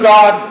God